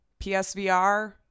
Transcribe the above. PSVR